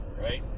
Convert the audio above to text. Right